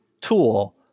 tool